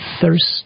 thirst